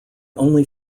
only